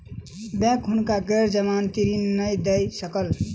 bank हुनका गैर जमानती ऋण नै दय सकल